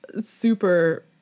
super